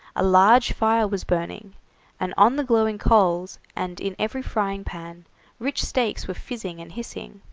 a large fire was burning and on the glowing coals, and in every frying-pan rich steaks were fizzing and hissing.